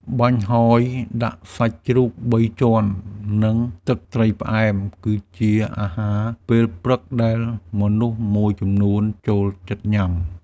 បាញ់ហយដាក់សាច់ជ្រូកបីជាន់ និងទឹកត្រីផ្អែម គឺជាអាហារពេលព្រឹកដែលមនុស្សមួយចំនួនចូលចិត្តញ៉ាំ។